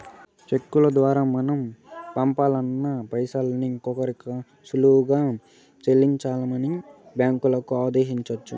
చెక్కుల దోరా మనం పంపాలనుకున్న పైసల్ని ఇంకోరికి సులువుగా సెల్లించమని బ్యాంకులని ఆదేశించొచ్చు